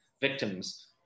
victims